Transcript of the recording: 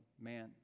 man